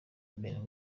ben